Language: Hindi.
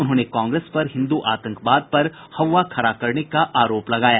उन्होंने कांग्रेस पर हिन्दू आतंकवाद पर हौव्वा खड़ा करने का आरोप लगाया